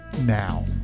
now